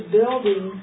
building